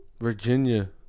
Virginia